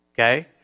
okay